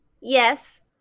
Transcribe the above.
Yes